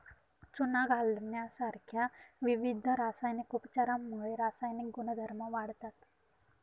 चुना घालण्यासारख्या विविध रासायनिक उपचारांमुळे रासायनिक गुणधर्म वाढतात